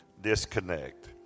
disconnect